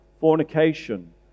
fornication